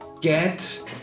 get